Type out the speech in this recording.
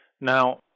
Now